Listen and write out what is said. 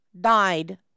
died